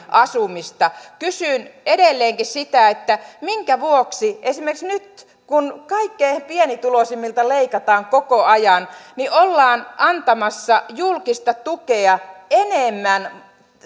asumista kysyn edelleenkin sitä minkä vuoksi esimerkiksi nyt kun kaikkein pienituloisimmilta leikataan koko ajan ollaan antamassa julkista tukea enemmän